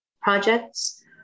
projects